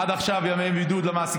עד עכשיו לא היו ימי בידוד למעסיקים,